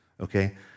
okay